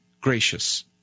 gracious